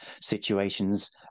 situations